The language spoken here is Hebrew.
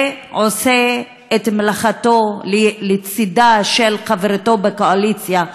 ועושה את מלאכתו לצדה של חברתו לקואליציה,